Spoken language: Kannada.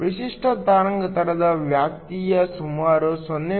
ವಿಶಿಷ್ಟ ತರಂಗಾಂತರದ ವ್ಯಾಪ್ತಿಯು ಸುಮಾರು 0